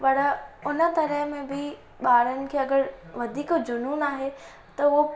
पर उन तरह में बि ॿारनि खे अगर वधिक जूनून आहे त उहो